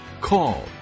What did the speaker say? Call